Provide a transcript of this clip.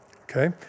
Okay